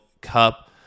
Cup